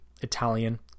Italian